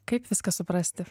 kaip viską suprasti